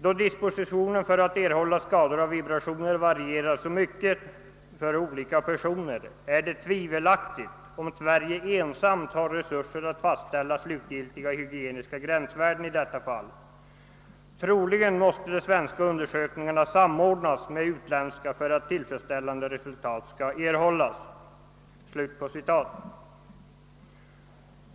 Då dispositionen för att erhålla skador av vibrationer varierar så mycket för olika personer är det tvivelaktigt om Sverige ensamt har resurser att fastställa slutgiltiga hygieniska gränsvärden i detta fall. Troligen måste de svenska undersökningarna samordnas med utländska för att tillfredsställande resultat skall erhållas.»